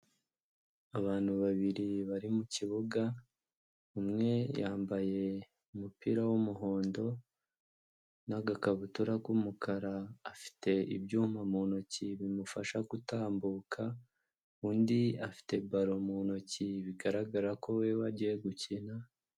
Abantu babiri bari mu kibuga umwe yambaye umupira w'umuhondo n'agakabutura k'umukara afite ibyuma mu ntoki bimufasha gutambuka undi afite baro mu ntoki bigaragara ko nawe agiye gukina.